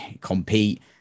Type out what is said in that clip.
compete